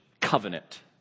covenant